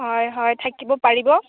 হয় হয় থাকিব পাৰিব